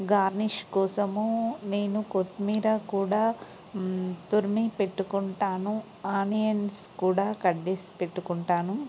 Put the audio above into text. garnish కోసము నేను కొత్తిమీర కూడా తురిమి పెట్టుకుంటాను ఆనియన్స్ కూడా కట్ చేసి పెట్టుకుంటాను